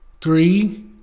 three